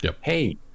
hey